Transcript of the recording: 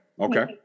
Okay